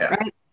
right